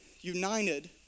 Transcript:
united